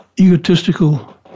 egotistical